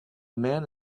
man